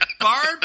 Barb